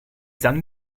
sang